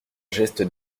geste